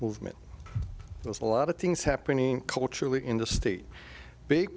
movement there's a lot of things happening culturally in the state big